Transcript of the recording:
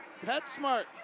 PetSmart